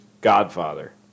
Godfather